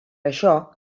això